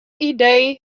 idee